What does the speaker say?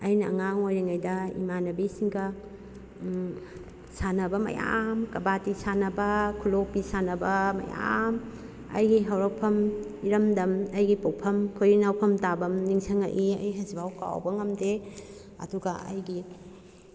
ꯑꯩꯅ ꯑꯉꯥꯡ ꯑꯣꯏꯔꯤꯉꯩꯗ ꯏꯃꯥꯟꯅꯕꯤꯁꯤꯡꯒ ꯁꯥꯟꯅꯕ ꯃꯌꯥꯝ ꯀꯕꯥꯇꯤ ꯁꯥꯟꯅꯕ ꯈꯨꯠꯂꯣꯛꯄꯤ ꯁꯥꯟꯅꯕ ꯃꯌꯥꯝ ꯑꯩꯒꯤ ꯍꯧꯔꯛꯐꯝ ꯏꯔꯝꯗꯝ ꯑꯩꯒꯤ ꯄꯣꯛꯐꯝ ꯈꯣꯏꯔꯤ ꯅꯥꯎꯐꯝ ꯇꯥꯐꯝ ꯅꯤꯡꯁꯤꯡꯉꯛꯏ ꯑꯩ ꯍꯧꯖꯤꯛꯐꯥꯎꯕ ꯀꯥꯎꯕ ꯉꯝꯗꯦ ꯑꯗꯨꯒ ꯑꯩꯒꯤ